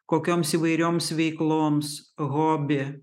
kokioms įvairioms veikloms hobi